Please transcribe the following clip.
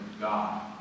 God